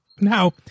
Now